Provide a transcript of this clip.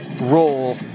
role